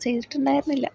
ചെയ്തിട്ടുണ്ടായിരുന്നില്ല